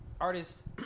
artist